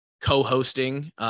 co-hosting